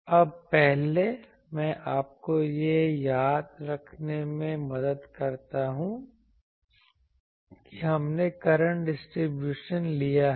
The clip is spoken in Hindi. अब पहले मैं आपको यह याद रखने में मदद करता हूं कि हमने करंट डिस्ट्रीब्यूशन लिया है